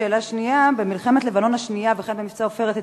2. במלחמת לבנון השנייה ובמבצע "עופרת יצוקה"